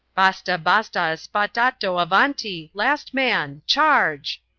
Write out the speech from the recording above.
basta-basta aspettatto avanti last man charge!